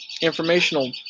informational